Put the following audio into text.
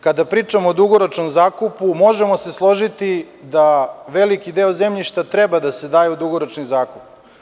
Kada pričamo o dugoročnom zakupu možemo se složiti da veliki deo zemljišta treba da se daje u dugoročni zakup.